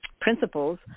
principles